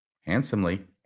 Handsomely